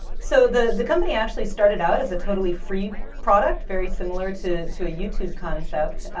so the the company actually started out as a totally free product, very similar to to a youtube concept.